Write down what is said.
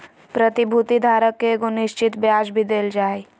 प्रतिभूति धारक के एगो निश्चित ब्याज भी देल जा हइ